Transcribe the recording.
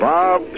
Bob